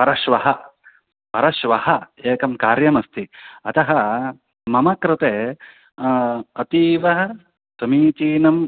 परश्वः परश्वः एकं कार्यमस्ति अतः मम कृते अतीवसमीचीनं